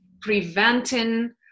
preventing